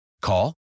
Call